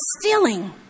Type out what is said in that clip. stealing